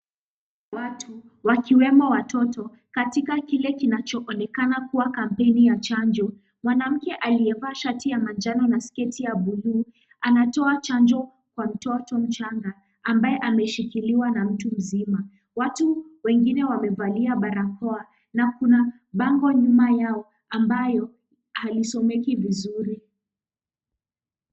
Watu wakiwemo watoto katika kile kinachoonekana kuwa kampeni ya chanjo mwanamke aliyevaa shati ya manjano na sketi ya buluu anatoa chanjo kwa mtoto mchanga ambaye ameshikiliwa na mtu mzima. Watu wengine wamevalia barakoa na kuna bango nyuma yao ambayo halisomeki vizuri.